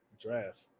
draft